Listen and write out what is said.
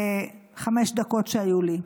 בחמש דקות שהיו לי,